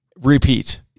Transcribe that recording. repeat